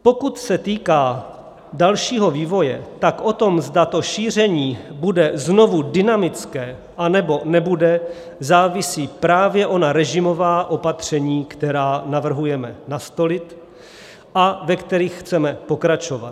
Pokud se týká dalšího vývoje, tak na tom, zda to šíření bude znovu dynamické, anebo nebude, závisí právě ona režimová opatření, která navrhujeme nastolit a ve kterých chceme pokračovat.